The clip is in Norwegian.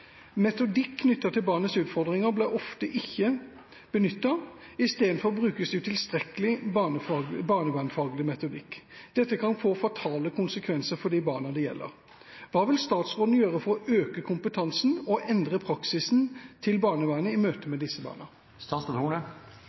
Metodikk knyttet til barnets utfordringer blir ofte ikke benyttet, istedenfor brukes utilstrekkelig barnevernfaglig metodikk. Dette kan få fatale konsekvenser for barna det gjelder. Hva vil statsråden gjøre for å øke kompetansen og endre praksisen til barnevernet i møte med disse barna?»